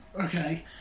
Okay